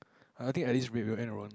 I think at this rate we will end around